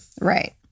Right